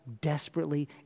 desperately